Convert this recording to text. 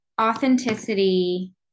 authenticity